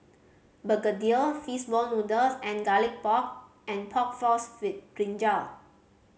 Begedil ball noodles and Garlic Pork and Pork Floss with brinjal